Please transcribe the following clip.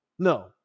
No